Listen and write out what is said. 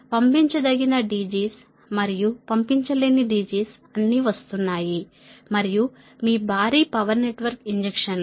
పంపించదగిన DGs మరియు పంపించలేని DGs అన్నీ వస్తున్నాయి మరియు మీ భారీ పవర్ నెట్వర్క్ ఇంజెక్షన్లో